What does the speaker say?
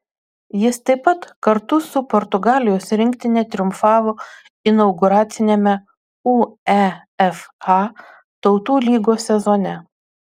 jis taip pat kartu su portugalijos rinktine triumfavo inauguraciniame uefa tautų lygos sezone